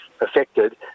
affected